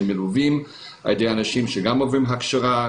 מלווים על ידי אנשים שעוברים הכשרה,